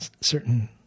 certain